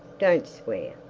don't swear.